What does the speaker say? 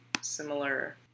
similar